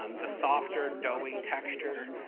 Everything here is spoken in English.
um the softer, doughy texture,